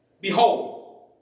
Behold